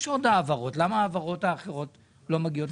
יש עוד העברות, למה ההעברות האחרות לא מגיעות?